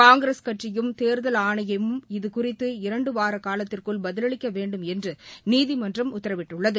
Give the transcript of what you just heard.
காங்கிரஸ் கட்சியும் தேர்தல் ஆணையமும் இது குறித்து இரண்டு வாரக்காலத்திற்குள் பதிலளிக்க வேண்டும என்று நீதிமன்றம் உத்தரவிட்டுள்ளது